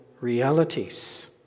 realities